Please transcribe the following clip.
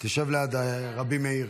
תשב ליד רבי מאיר.